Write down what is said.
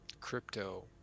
crypto